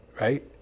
Right